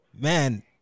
man